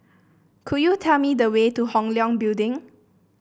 could you tell me the way to Hong Leong Building